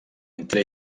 entre